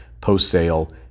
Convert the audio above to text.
post-sale